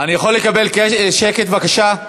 אני יכול לקבל שקט, בבקשה?